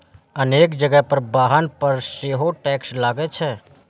अनेक जगह पर वाहन पर सेहो टैक्स लागै छै